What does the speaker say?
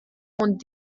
und